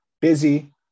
busy